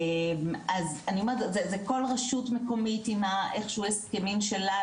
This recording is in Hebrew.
אז אני אומרת זה כל רשות מקומית עם ה-איכשהו הסכמים שלה,